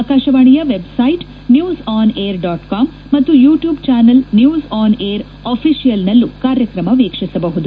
ಆಕಾಶವಾಣಿಯ website news on air dot com ಮತ್ತು YouTube channel news on air official ನಲ್ಲೂ ಕಾರ್ಯಕ್ರಮ ವೀಕ್ಷಿಸಬಹುದು